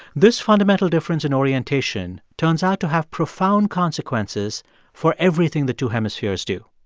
this fundamental difference in orientation turns out to have profound consequences for everything the two hemispheres do.